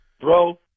bro